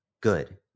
Good